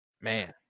man